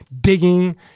digging